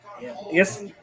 Yes